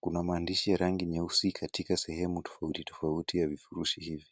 kuna maandishi ya rangi nyeusi katika sehemu tofauti tofauti ya vifurushi hivi.